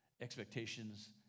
expectations